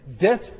death